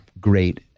great